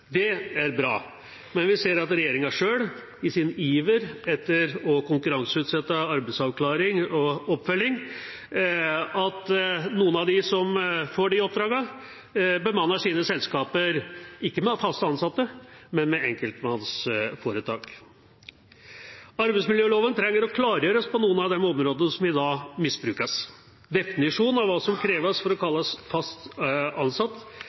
Det er bra, men vi ser, med regjeringas iver etter å konkurranseutsette arbeidsavklaring og oppfølging, at noen av dem som får de oppdragene, bemanner sine selskaper – ikke med fast ansatte, men med enkeltmannsforetak. Arbeidsmiljøloven trenger å klargjøres på noen av de områdene som i dag misbrukes. Definisjonen av hva som kreves for å kalles «fast ansatt»,